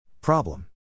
Problem